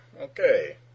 okay